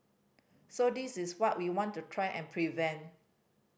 so this is what we want to try and prevent